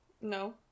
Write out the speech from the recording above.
No